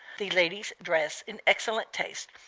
the ladies dress in excellent taste,